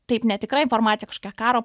taip netikra informacija kažkokia karo